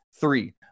three